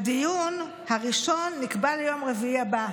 הדיון הראשון נקבע ליום רביעי הבא.